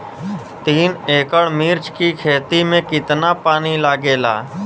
तीन एकड़ मिर्च की खेती में कितना पानी लागेला?